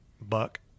Buck